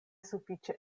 sufiĉe